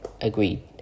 agreed